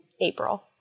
April